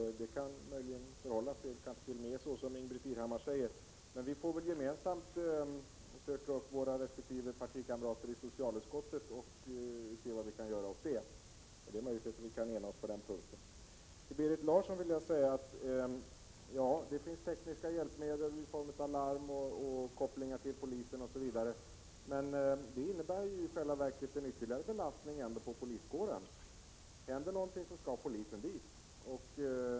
Det kan kanske förhålla sig så som Ingbritt Irhammar säger, men vi får väl gemensamt söka upp våra resp. partikamrater i socialutskottet och se vad vi på det sättet kan göra åt saken. Det är möjligt att vi kan enas på den punkten. Till Berit Larsson vill jag säga att det visserligen finns tekniska hjälpmedel i 25 november 1987 form av larm, kopplingar till polisen osv., men de innebär i själva verket en ytterligare belastning på poliskåren. Händer någonting, så skall polisen dit.